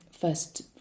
first